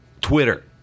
Twitter